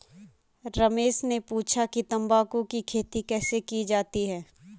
रमेश ने पूछा कि तंबाकू की खेती कैसे की जाती है?